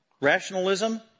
rationalism